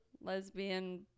lesbian